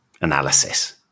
analysis